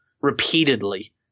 repeatedly